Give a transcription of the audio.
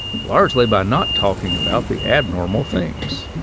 largely by not talking about the abnormal things